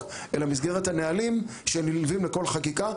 אלא במסגרת הנהלים שנלווים לכל חקיקה.